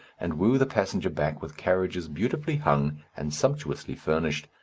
and woo the passenger back with carriages beautifully hung and sumptuously furnished,